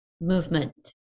movement